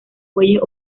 bueyes